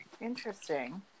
Interesting